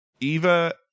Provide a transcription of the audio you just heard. Eva